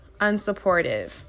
unsupportive